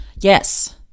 Yes